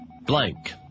blank